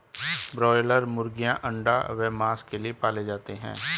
broiler मुर्गीयां अंडा व मांस के लिए पाले जाते हैं